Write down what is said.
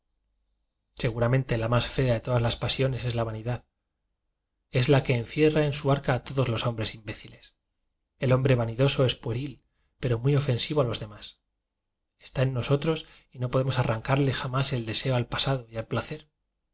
seguramente la más fea de todas las pa siones es la vanidad es la que encierra en lj su arca todos los hombres imbéciles el hombre vanidoso es pueril pero muy ofen sivo a los demás está en nosotros y no podemos arrancarle jamás el deseo al pa sado y al placer